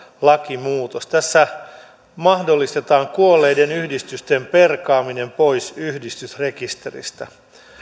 lakimuutos tässä mahdollistetaan kuolleiden yhdistysten perkaaminen pois yhdistysrekisteristä